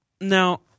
Now –